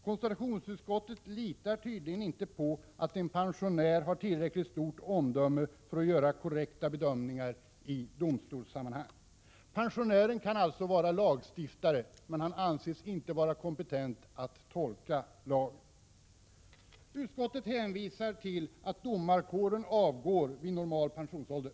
Konstitutionsutskottet litar tydligen inte på att en pensionär har tillräckligt omdöme för att göra korrekta bedömningar i domstolssammanhang. Pensionärer kan vara lagstiftare men anses inte vara kompetenta att tolka lagen. Utskottet hänvisar till att domarkåren avgår vid normal pensionsålder.